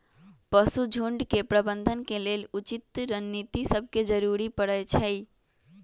पशु झुण्ड के प्रबंधन के लेल उचित रणनीति सभके जरूरी परै छइ